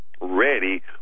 ready